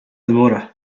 tomorrow